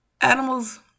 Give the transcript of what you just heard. animals